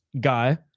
guy